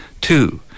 Two